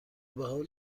بحال